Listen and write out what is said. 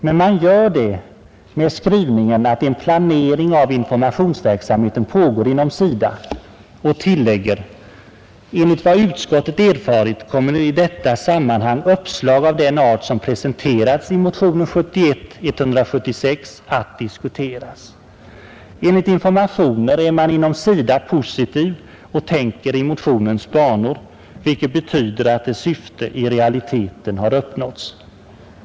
Men man gör det med skrivningen att en planering av informationsverksamheten pågår inom SIDA och tillägger: ”Enligt vad utskottet erfarit kommer i detta sammanhang uppslag av den art som presenterats i motionen 1971:176 att diskuteras.” Enligt informationer är man inom SIDA positiv och tänker i motionens banor, vilket betyder att dess syfte i realiteten har uppnåtts.